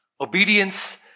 obedience